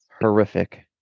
horrific